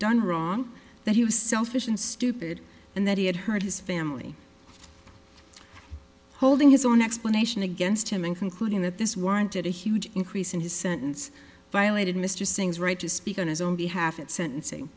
done wrong that he was selfish and stupid and that he had heard his family holding his own explanation against him and concluding that this warranted a huge increase in his sentence violated mr singh's right to speak on his own behalf at sentencing